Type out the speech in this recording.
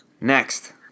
Next